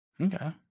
Okay